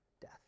death